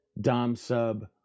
dom-sub